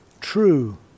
True